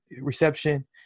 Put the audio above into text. reception